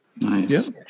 Nice